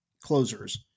closers